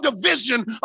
division